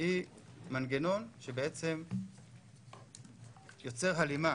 היא מנגנון שיוצר הלימה